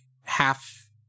half